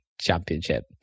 Championship